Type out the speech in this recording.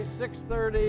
6.30